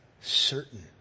certain